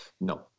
No